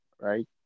Right